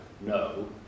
no